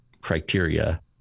criteria